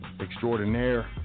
extraordinaire